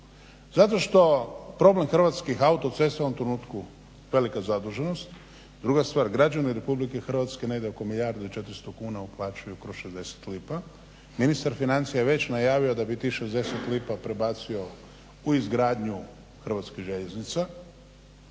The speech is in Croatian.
Zato što problem Hrvatskih autocesta u ovom trenutku velika zaduženost. Druga stvar građani Republike Hrvatske negdje oko milijardu i 400 kuna uplaćuju kroz 60 lipa. Ministar financija je već najavio da bi tih 60 lipa prebacio u izgradnju Hrvatskih željeznica